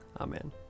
Amen